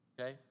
okay